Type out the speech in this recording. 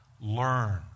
learn